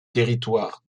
territoire